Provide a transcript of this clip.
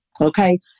okay